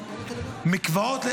מקוואות,